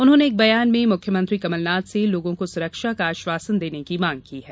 उन्होंने एक बयान में मुख्यमंत्री कमलनाथ से लोगों को सुरक्षा का आश्वासन देने की मांग की है